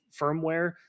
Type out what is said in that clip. firmware